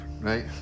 right